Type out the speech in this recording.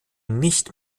nicht